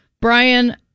Brian